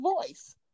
voice